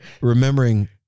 Remembering